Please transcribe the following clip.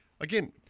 again